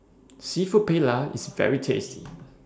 Seafood Paella IS very tasty